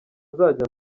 azajya